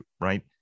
right